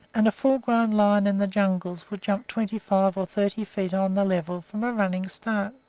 and a full-grown lion in the jungles will jump twenty-five or thirty feet on the level from a running start.